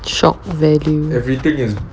shocked value